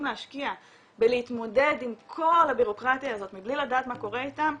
להשקיע בלהתמודד עם כל הבירוקרטיה הזאת מבלי לדעת מה קורה איתם,